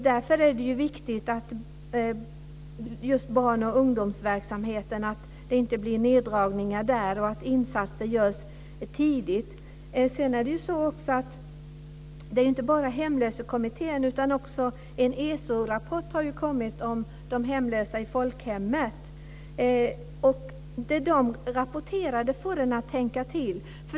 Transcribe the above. Därför är det viktigt att det inte blir neddragningar inom just barnoch ungdomsverksamheten och att det görs insatser tidigt. Det är inte bara Hemlöshetskommittén som arbetar, utan det har också kommit en ESO-rapport om de hemlösa i folkhemmet. Det som rapporteras där får mig att tänka till.